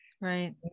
Right